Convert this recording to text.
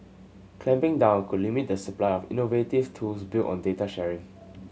clamping down could limit the supply of innovative tools built on data sharing